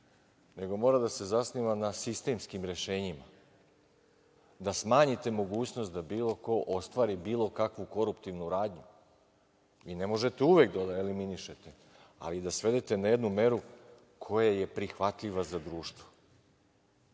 nego mora da se zasniva na sistemskim rešenjima, da smanjite mogućnost da bilo ko ostvari bilo kakvu koruptivnu radnju. Ne možete uvek da je eliminišete, ali da svedete na jednu meru koja je prihvatljiva za društvo.